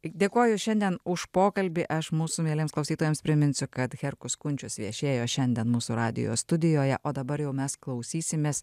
dėkoju šiandien už pokalbį aš mūsų mieliems klausytojams priminsiu kad herkus kunčius viešėjo šiandien mūsų radijo studijoje o dabar jau mes klausysimės